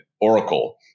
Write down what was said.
Oracle